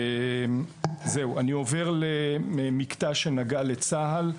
אני עובר למקטע שנגע לצה"ל: